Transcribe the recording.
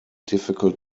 difficult